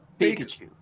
Pikachu